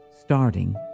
starting